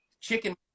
Chicken